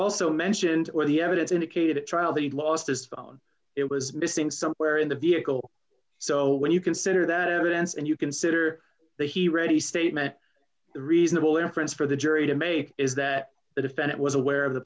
also mentioned what the evidence indicated at trial that he lost his phone it was missing somewhere in the vehicle so when you consider that evidence and you consider that he ready statement the reasonable inference for the jury to make is that the defendant was aware of the